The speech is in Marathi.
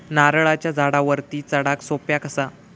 नारळाच्या झाडावरती चडाक सोप्या कसा?